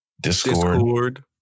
Discord